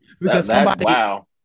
Wow